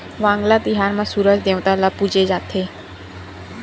वांगला तिहार म सूरज देवता ल पूजे जाथे